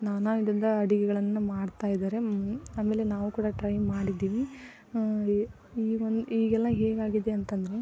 ನಾನಾ ವಿಧದ ಅಡುಗೆಗಳನ್ನ ಮಾಡ್ತಾ ಇದ್ದಾರೆ ಆಮೇಲೆ ನಾವು ಕೂಡ ಟ್ರೈ ಮಾಡಿದ್ದೀವಿ ಈ ಒಂದು ಈಗೆಲ್ಲ ಹೇಗಾಗಿದೆ ಅಂತ ಅಂದ್ರೆ